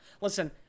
Listen